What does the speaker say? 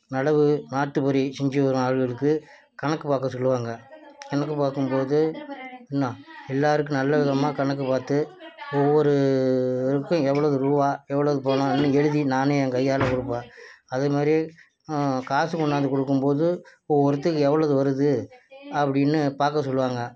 நடவு நாற்று பறி செஞ்சு வரும் ஆளுகளுக்கு கணக்கு பார்க்க சொல்லுவாங்கள் கணக்கு பார்க்கும் போது என்ன எல்லாருக்கும் நல்ல விதமாக கணக்கு பார்த்து ஒவ்வொருவருக்கும் எவ்வளது ரூபா எவ்வளது பணம்னு எழுதி நானே ஏன் கையால் கொடுப்பேன் அதே மாதிரி காசு கொண்டாந்து கொடுக்கும் போது இப்போது ஒரு இதுக்கு எவ்வளது வருது அப்படின்னு பார்க்க சொல்லுவாங்கள்